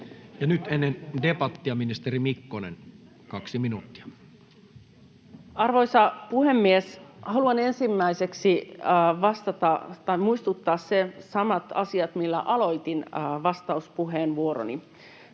hybridivaikuttamiseen Time: 15:16 Content: Arvoisa puhemies! Haluan ensimmäiseksi muistuttaa samat asiat, millä aloitin vastauspuheenvuoroni: